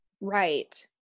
Right